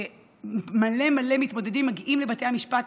הרבה הרבה מתמודדים מגיעים לבתי המשפט